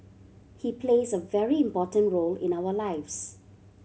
he plays a very important role in our lives